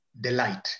delight